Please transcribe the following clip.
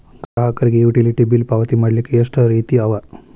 ಗ್ರಾಹಕರಿಗೆ utility bill ಪಾವತಿ ಮಾಡ್ಲಿಕ್ಕೆ ಎಷ್ಟ ರೇತಿ ಅವ?